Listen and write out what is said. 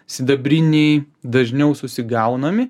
sidabriniai dažniau susigaunami